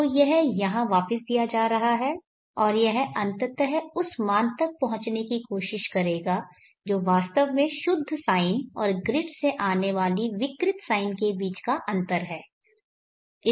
तो यह यहाँ वापस दिया जा रहा है और यह अंततः उस मान तक पहुँचने की कोशिश करेगा जो वास्तव में शुद्ध साइन और ग्रिड से आने वाले विकृत साइन के बीच का अंतर है